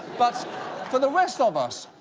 but for the rest of us,